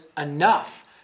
enough